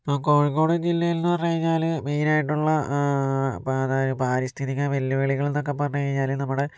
ഇപ്പോൾ കോഴിക്കോട് ജില്ലയിൽന്നു പറഞ്ഞു കഴിഞ്ഞാല് മെയിനായിട്ടുള്ള പാരിസ്ഥിക വെല്ലുവിളികൾന്നൊക്കെ പറഞ്ഞു കഴിഞ്ഞാല് നമ്മുടെ